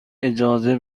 اجازه